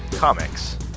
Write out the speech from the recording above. Comics